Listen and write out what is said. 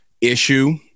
issue